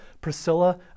Priscilla